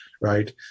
Right